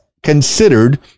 Considered